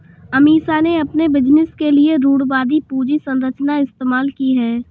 अमीषा ने अपने बिजनेस के लिए रूढ़िवादी पूंजी संरचना इस्तेमाल की है